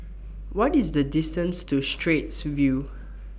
What IS The distance to Straits View